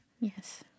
Yes